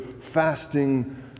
fasting